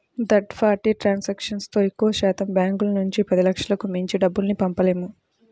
third party ట్రాన్సాక్షన్తో ఎక్కువశాతం బ్యాంకుల నుంచి పదిలక్షలకు మించి డబ్బుల్ని పంపలేము